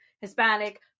Hispanic